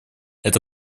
эта